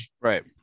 Right